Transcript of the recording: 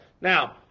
Now